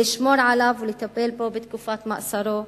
לשמור עליו ולטפל בו בתקופת מאסרו.